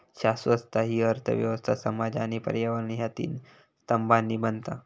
शाश्वतता हि अर्थ व्यवस्था, समाज आणि पर्यावरण ह्या तीन स्तंभांनी बनता